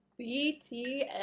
BTS